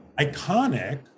Iconic